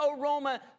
aroma